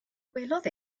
gwelodd